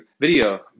video